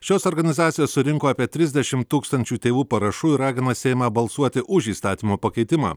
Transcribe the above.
šios organizacijos surinko apie trisdešimt tūkstančių tėvų parašų ir ragina seimą balsuoti už įstatymo pakeitimą